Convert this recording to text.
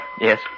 Yes